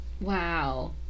Wow